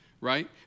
right